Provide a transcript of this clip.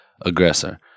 aggressor